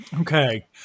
Okay